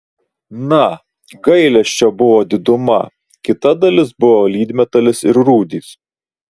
na gailesčio buvo diduma kita dalis buvo lydmetalis ir rūdys